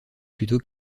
plutôt